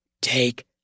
take